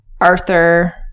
Arthur